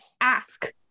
ask